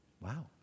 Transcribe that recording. Wow